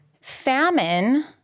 famine